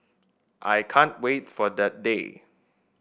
I can't wait for that day